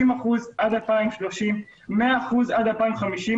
בשיעור של 50% עד 2030 ו-100% עד 2050,